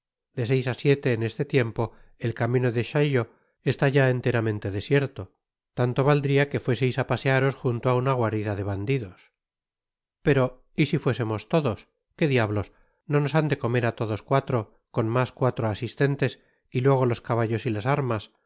de seis á siete en este tiempo el camino de chaillot está ya enteramente desierto tanto valdria que fuereis á pasearos junto á una guarida de bandidos pero y si fuésemos todos qué diablos no nos han de comer á todos cuatro con mas cuatro asistentes y luego los caballos y las armas